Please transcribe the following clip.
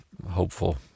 Hopeful